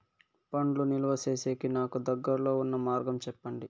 పండ్లు నిలువ సేసేకి నాకు దగ్గర్లో ఉన్న మార్గం చెప్పండి?